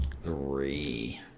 three